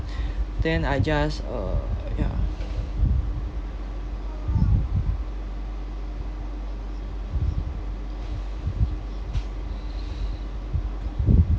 then I just uh ya